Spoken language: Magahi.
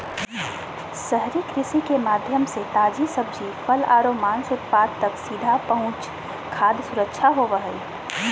शहरी कृषि के माध्यम से ताजी सब्जि, फल आरो मांस उत्पाद तक सीधा पहुंच खाद्य सुरक्षा होव हई